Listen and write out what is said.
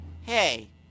Hey